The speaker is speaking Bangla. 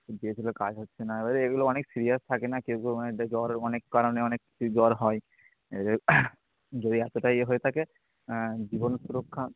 ওষুধ দিয়েছিলো কাজ হচ্ছে না এবারে এগুলো অনেক সিরিয়াস থাকে না কেউ কেউ অনেকটা জ্বর অনেক কারণে অনেক কিছু জ্বর হয় যদি এতটাই ইয়ে হয়ে থাকে জীবন সুরক্ষা